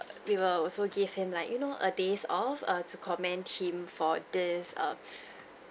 we will also give him like you know a day off err to commend him for this err